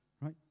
Right